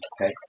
Okay